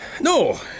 No